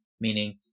Meaning